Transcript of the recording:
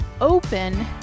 open